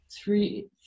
three